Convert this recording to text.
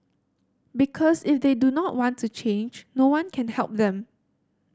because if they do not want to change no one can help them